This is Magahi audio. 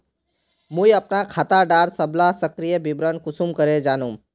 मुई अपना खाता डार सबला सक्रिय विवरण कुंसम करे जानुम?